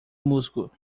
musgo